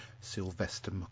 Sylvester